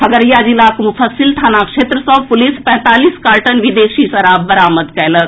खगड़िया जिलाक मुफ्फसिल थाना क्षेत्र सँ पुलिस पैंतालीस कार्टन विदेशी शराब बरामद कयलक